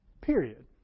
Period